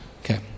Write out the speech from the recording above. Okay